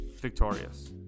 victorious